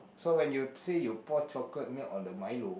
so when you say you pour chocolate milk on the milo